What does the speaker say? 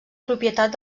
propietat